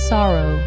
Sorrow